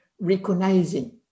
recognizing